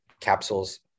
capsules